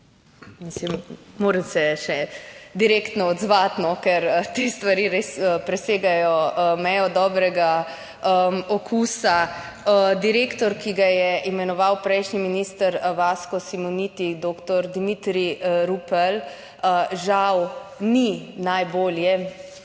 Mislim, moram se še direktno odzvati, ker te stvari res presegajo mejo dobrega okusa. Direktor, ki ga je imenoval prejšnji minister Vasko Simoniti, doktor Dimitrij Rupel, žal ni najbolje